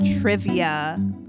Trivia